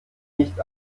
nicht